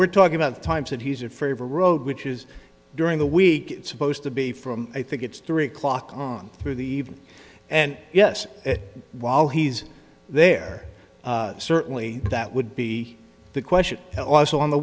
we're talking about times that he's a favor road which is during the week it's supposed to be from i think it's three o'clock on through the evening and yes while he's there certainly that would be the question also on the